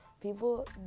People